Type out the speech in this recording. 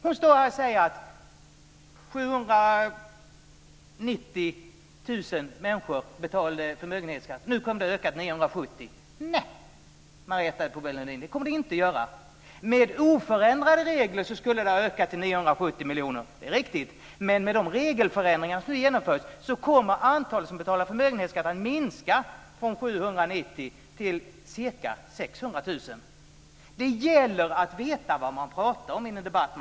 Hon står här och säger att 790 000 människor betalar förmögenhetsskatt och att antalet kommer att öka till 970 000. Nej, det kommer det inte att göra! Det är riktigt att det med oförändrade regler skulle ha ökat till 970 000, men med de regelförändringar som nu genomförs kommer antalet som betalar förmögenhetsskatt att minska från 790 000 till ca 600 000. Det gäller att veta vad man pratar om i debatten.